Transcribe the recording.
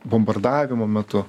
bombardavimo metu